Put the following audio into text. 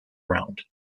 around